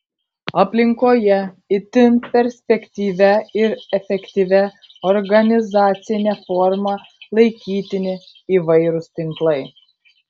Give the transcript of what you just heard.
aplinkoje itin perspektyvia ir efektyvia organizacine forma laikytini įvairūs tinklai